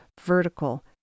vertical